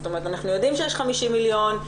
אנחנו יודעים שיש 50 מיליון,